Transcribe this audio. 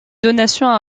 donations